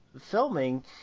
filming